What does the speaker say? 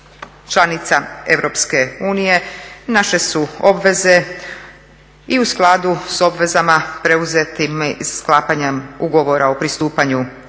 unije naše su obveze i u skladu sa obvezama preuzetim sklapanjem Ugovora o pristupanju